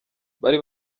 bari